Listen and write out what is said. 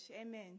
Amen